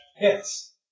Yes